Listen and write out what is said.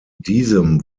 diesem